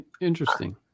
Interesting